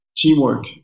Teamwork